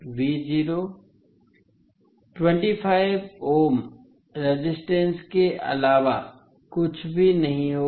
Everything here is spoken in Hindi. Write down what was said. I2 5 ओम प्रतिरोध के अलावा कुछ भी नहीं होगा